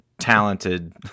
talented